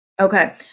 okay